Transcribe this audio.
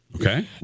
okay